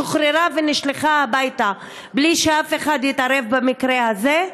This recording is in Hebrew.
שוחררה ונשלחה הביתה בלי שאף אחד יתערב במקרה הזה,